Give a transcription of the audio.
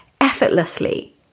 effortlessly